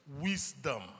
Wisdom